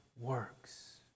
works